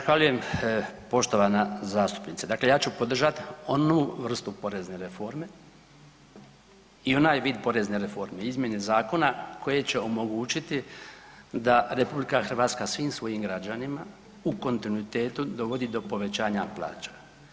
Zahvaljujem poštovana zastupnice, dakle ja ću podržat onu vrstu porezne reforme i onaj vid porezne reforme izmjene zakona koje će omogućiti da RH svim svojim građanima u kontinuitetu dovodi do povećanja plaća.